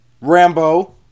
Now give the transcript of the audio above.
Rambo